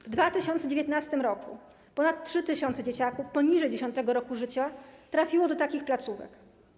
W 2019 r. ponad 3 tys. dzieciaków poniżej 10. roku życia trafiło do takich placówek.